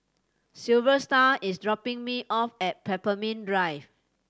Silvester is dropping me off at Pemimpin Drive